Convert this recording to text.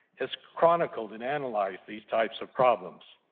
has chronicled and analyzed these types of problems.